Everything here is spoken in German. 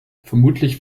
vermutlich